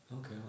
okay